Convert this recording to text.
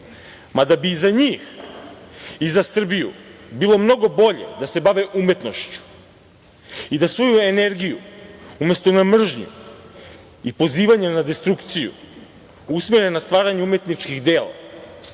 mada bi i za njih i za Srbiju bilo mnogo bolje da se bave umetnošću i da svoju energiju umesto na mržnju i pozivanje na destrukciju usmere na stvaranje umetničkih dela. Bar